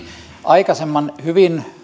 aikaisemman hyvin